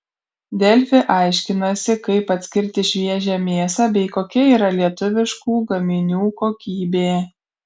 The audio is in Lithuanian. delfi aiškinasi kaip atskirti šviežią mėsą bei kokia yra lietuviškų gaminių kokybė